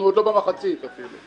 ההחלטה התקבלה פה אחד.